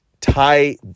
tie